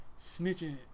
snitching